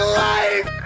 life